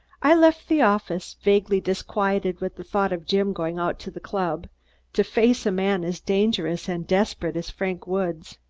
i left the office, vaguely disquieted with the thought of jim going out to the club to face a man as dangerous and desperate as frank woods.